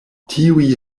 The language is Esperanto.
tiuj